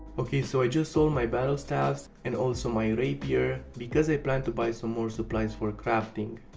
ok so i just sold my battlestaves and also my rapier because i plan to buy some more supplies for crafting.